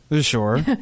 Sure